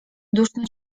duszno